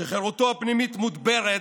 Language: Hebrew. שחירותו הפנימית מודברת,